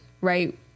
right